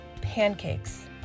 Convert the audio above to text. pancakes